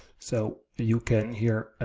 so you can here